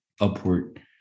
upward